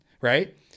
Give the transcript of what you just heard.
Right